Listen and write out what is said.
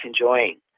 enjoying